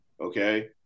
okay